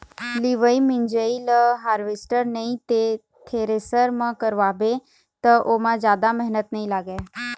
लिवई मिंजई ल हारवेस्टर नइ ते थेरेसर म करवाबे त ओमा जादा मेहनत नइ लागय